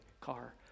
car